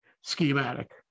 schematic